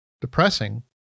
depressing